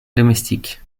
domestique